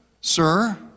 sir